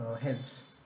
helps